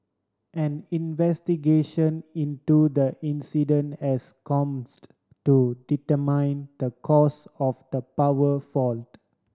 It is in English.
an investigation into the incident has commenced to determine the cause of the power fault